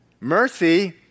Mercy